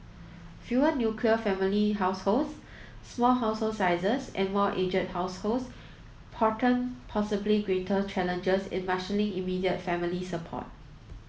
fewer nuclear family households small household sizes and more aged households portend possibly greater challenges in marshalling immediate family support